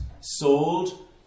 sold